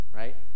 right